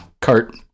cart